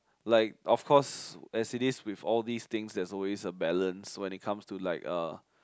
like of course as it is with all these things there's always a balance when it comes to like uh